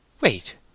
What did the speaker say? Wait